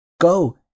go